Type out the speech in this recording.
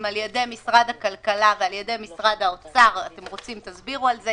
על-ידי משרד הכלכלה ועל-ידי משרד האוצר תסבירו על זה